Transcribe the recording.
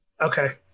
Okay